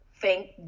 thank